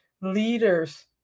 leaders